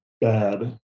bad